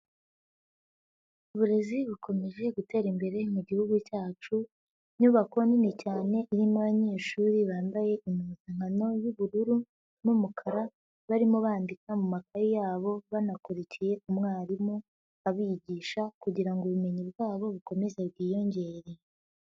Uburezi bukomeje gutera imbere mu mugi cyacu, inyubako nini cyane irimo abanyeshuri bambaye impuzankano y'ubururu n'umukara, barimo bandika mu makaye yabo banakurikiye umwarimu abigisha kugira ngo ubumenyi bwabo bukomeze bwiyongere.